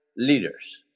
leaders